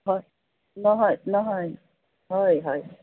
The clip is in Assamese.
হয় নহয় নহয় হয় হয়